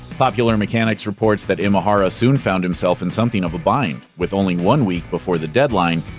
popular mechanics reports that imahara soon found himself in something of a bind with only one week before the deadline,